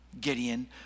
Gideon